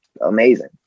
amazing